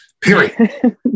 period